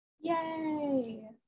Yay